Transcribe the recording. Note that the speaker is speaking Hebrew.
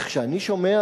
וכשאני שומע